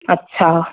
अच्छा